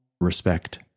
respect